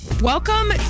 Welcome